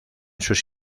sus